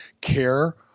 care